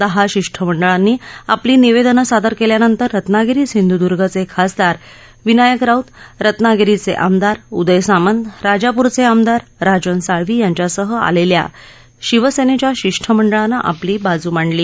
दहा शिष्टमंडळांनी आपली निवेदनं सादर केल्यानंतर रत्नागिरी सिंधूदुर्गचे खासदार विनायक राऊत रत्नागिरीचे आमदार उदय सामंत राजापूरचे आमदार राजन साळवी यांच्यासह आलेल्या शिवसेनेच्या शिष्टमंडळानं आपली बाजू मांडली